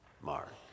Mark